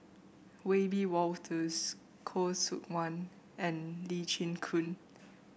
Wiebe Wolters Khoo Seok Wan and Lee Chin Koon